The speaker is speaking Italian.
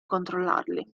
controllarli